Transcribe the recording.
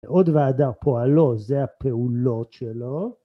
הוד והדר פועלו זה הפעולות שלו.